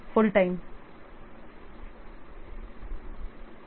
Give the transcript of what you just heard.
मुझे लगता है कि यह 20 दिन है